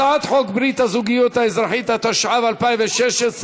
הצעת חוק ברית הזוגיות האזרחית, התשע"ו 2016,